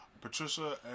Patricia